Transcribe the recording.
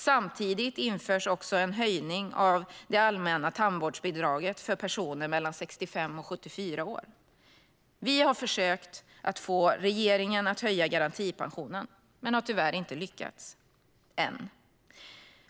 Samtidigt införs en höjning av det allmänna tandvårdsbidraget för personer mellan 65 och 74 år. Vi har försökt få regeringen att höja garantipensionen men tyvärr inte lyckats - än.